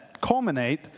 culminate